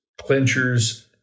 clinchers